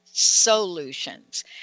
solutions